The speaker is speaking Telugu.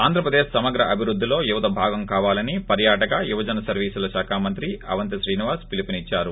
ఆంధ్రప్రదేశ్ సమగ్ర అభివృద్గిలో యువత భాగం కావాలని పర్యాటక యువజన సర్వీసుల శాఖ మంత్రి అవంతి శ్రీనివాస్ పిలుపునిచ్చారు